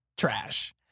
trash